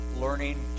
learning